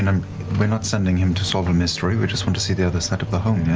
and um we're not sending him to solve a mystery. we just want to see the other side of the home,